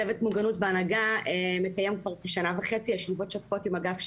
צוות מוגנות בהנהגה מקיים כבר כשנה וחצי ישיבות שוטפות עם אגף שפ"י.